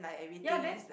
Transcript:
ya then